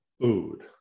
food